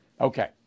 Okay